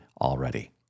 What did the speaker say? already